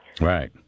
Right